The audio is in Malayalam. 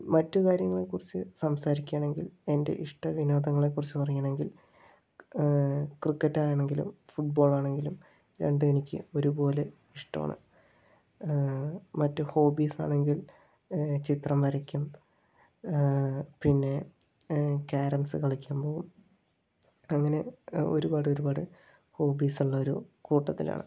മറ്റു കാര്യങ്ങളെ കുറിച്ച് സംസാരിക്കുകയാണെങ്കിൽ എൻ്റെ ഇഷ്ട വിനോദങ്ങളെ കുറിച്ച് പറയുകയാണെങ്കിൽ ക്രിക്കറ്റ് ആണെങ്കിലും ഫുട്ബോൾ ആണെങ്കിലും രണ്ടും എനിക്ക് ഒരുപോലെ ഇഷ്ടമാണ് മറ്റു ഹോബീസ് ആണെങ്കിൽ ചിത്രം വരയ്ക്കും പിന്നെ ക്യാരംസ് കളിക്കാൻ പോകും അങ്ങനെ ഒരുപാട് ഒരുപാട് ഹോബീസ് ഉള്ള ഒരു കൂട്ടത്തിലാണ്